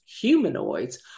humanoids